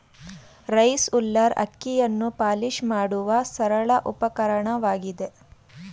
rice huller ಅಕ್ಕಿಯನ್ನು polish ಮಾಡುವ ಸರಳ ಉಪಕರಣವಾಗಿದೆ